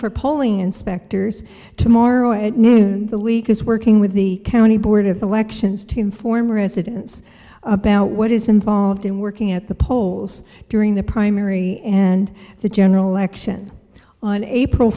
for polling inspectors tomorrow at noon the league is working with the county board of elections to inform residents about what is involved in working at the polls during the primary and the general election on april